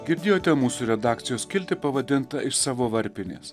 girdėjote mūsų redakcijos skiltį pavadintą iš savo varpinės